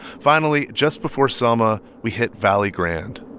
finally, just before selma, we hit valley grande